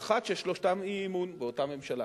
האחד, ששלושתן אי-אמון באותה ממשלה,